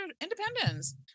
Independence